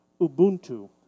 Ubuntu